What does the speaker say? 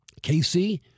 KC